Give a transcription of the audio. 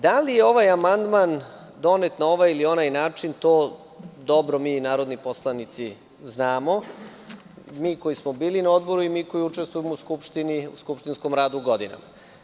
Da li je ovaj amandman donet na ovaj ili onaj način, to mi narodni poslanici dobro znamo, mi koji smo bili na Odboru i mi koji učestvujemo u skupštinskom radu godinama.